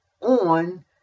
on